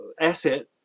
asset